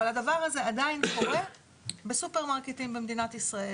אבל הדבר הזה עדיין קורה בסופרמרקטים במדינת ישראל,